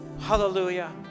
Hallelujah